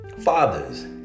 Fathers